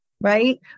right